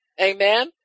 Amen